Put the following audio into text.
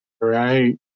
right